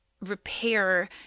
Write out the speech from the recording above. repair